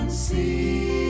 See